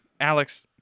Alex